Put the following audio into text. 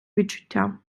відчуття